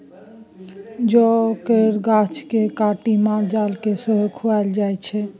जौ केर गाछ केँ काटि माल जाल केँ सेहो खुआएल जाइ छै